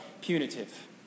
punitive